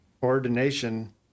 Ordination